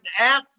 apps